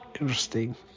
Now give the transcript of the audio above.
interesting